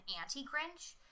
anti-grinch